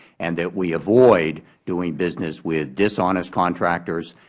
and that we avoid doing business with dishonest contractors,